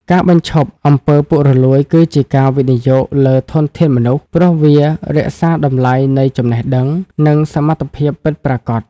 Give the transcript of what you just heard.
ការបញ្ឈប់ អំពើពុករលួយ គឺជាការវិនិយោគលើ "ធនធានមនុស្ស" ព្រោះវារក្សាតម្លៃនៃចំណេះដឹង និងសមត្ថភាពពិតប្រាកដ។